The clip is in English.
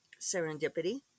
serendipity